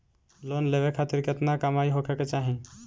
Loan लेवे खातिर केतना कमाई होखे के चाही?